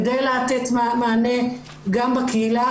כדי לתת מענה גם בקהילה.